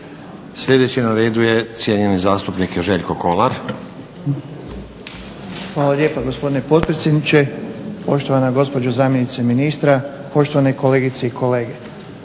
Sljedeći na redu je cijenjeni zastupnik Željko Kolar.